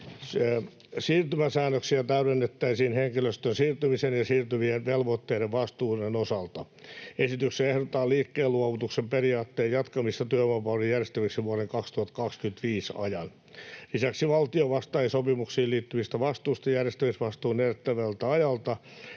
Siirtymäsäännöksiä täydennettäisiin henkilöstön siirtymisen ja siirtyvien velvoitteiden vastuiden osalta. Esityksessä ehdotetaan liikkeen luovutuksen periaatteen jatkamista työvoimapalvelun järjestämiseksi vuoden 2025 ajan. Lisäksi valtio vastaisi sopimuksiin liittyvistä vastuista järjestämisvastuun edellyttämältä ajalta